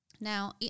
Now